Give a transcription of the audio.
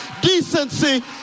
decency